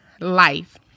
life